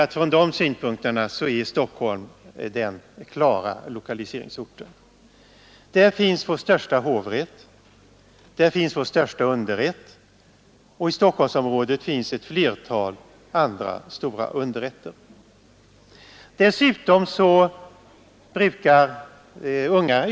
Utifrån dessa synpunkter är Stockholm den klara lokaliseringsorten. Där finns vår största hovrätt, där finns vår största underrätt och i Stockholmsområdet finns ett flertal andra stora underrätter.